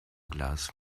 glas